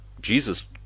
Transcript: Jesus